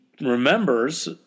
remembers